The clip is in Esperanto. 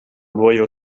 vojo